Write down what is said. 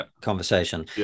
conversation